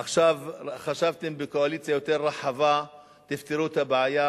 עכשיו, חשבתם שבקואליציה יותר רחבה תפתרו את הבעיה